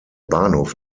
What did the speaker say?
bahnhof